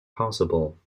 possible